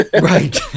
right